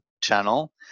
channel